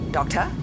Doctor